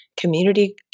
Community